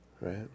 Right